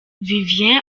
vivien